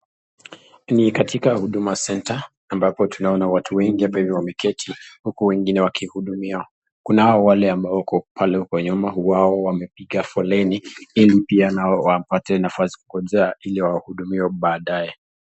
Ni katika huduma center ambapo tunaona watu wengi hapa hivi wameketi huku wengine wakihudumiwa. Kunao wale ambao wako pale kwa nyuma wao wamepiga foleni ili pia nao wapate nafasi ili wahudumiwe baadaye.